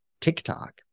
tiktok